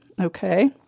Okay